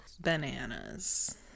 bananas